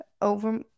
over